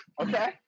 Okay